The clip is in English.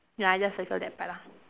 ya just circle that part lah